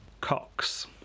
Cox